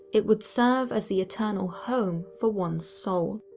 it would serve as the eternal home for one's soul.